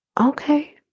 Okay